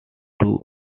two